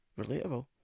relatable